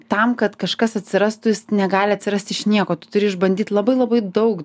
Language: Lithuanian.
tam kad kažkas atsirastų jis negali atsirast iš nieko tu turi išbandyt labai labai daug